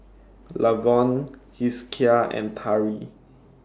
Lavon Hezekiah and Tari